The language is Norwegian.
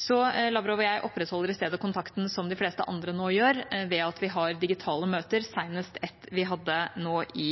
Så Lavrov jeg opprettholder i stedet kontakten som de fleste andre nå gjør det, ved at vi har digitale møter, senest ett vi hadde nå i